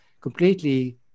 completely